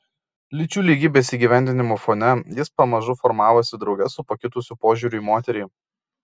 lyčių lygybės įgyvendinimo fone jis pamažu formavosi drauge su pakitusiu požiūriu į moterį